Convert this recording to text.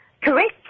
Correct